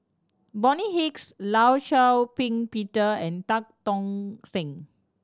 Bonny Hicks Law Shau Ping Peter and Tan Tock San